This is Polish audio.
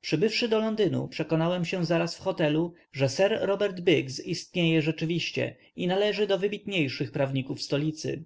przybywszy do londynu przekonałem się zaraz w hotelu że sirnbps robert biggs istnieje rzeczywiście i należy do wybitniejszych prawników stolicy